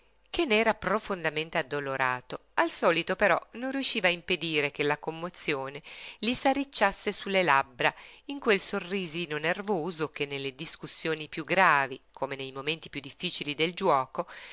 che n'era profondamente addolorato al solito però non riusciva a impedire che la commozione gli s'arricciasse sulle labbra in quel sorrisino nervoso che nelle discussioni piú gravi come nei momenti piú difficili del giuoco